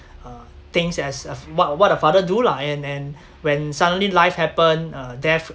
uh things as a f~ what what a father do lah and and when suddenly life happen uh death